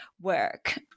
work